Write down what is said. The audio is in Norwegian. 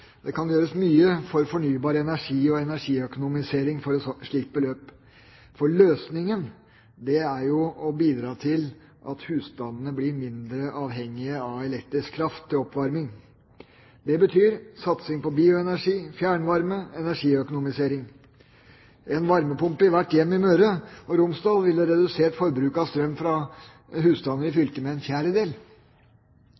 Det kan gjøres mye for fornybar energi og energiøkonomisering for et slikt beløp, for løsningen er jo å bidra til at husstandene blir mindre avhengige av elektrisk kraft til oppvarming. Det betyr satsing på bioenergi, fjernvarme og energiøkonomisering. En varmepumpe i hvert hjem i Møre og Romsdal ville redusert forbruket av strøm for husstander i